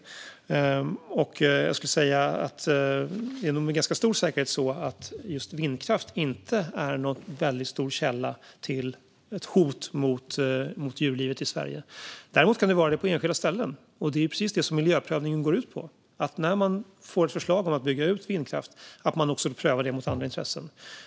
Jag skulle säga att det med ganska stor säkerhet är så att just vindkraft inte är någon väldigt stor källa till ett hot mot djurlivet i Sverige. Däremot kan det vara så på enskilda ställen. Det är precis det som miljöprövningen går ut på: När man får ett förslag om att bygga ut vindkraft ska det prövas mot andra intressen.